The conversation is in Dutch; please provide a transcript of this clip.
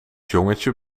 jongetje